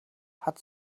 had